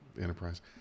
Enterprise